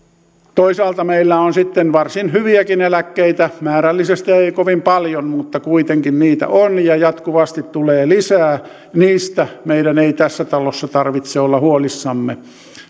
toisaalta meillä on sitten varsin hyviäkin eläkkeitä määrällisesti ei kovin paljon mutta kuitenkin niitä on ja jatkuvasti tulee lisää niistä meidän ei tässä talossa tarvitse olla huolissamme